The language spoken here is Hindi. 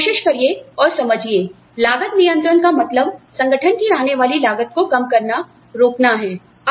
कोशिश करिए और समझिये लागत नियंत्रण का मतलब संगठन की आने वाली लागत को कम करना रोकना है